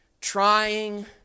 trying